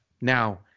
Now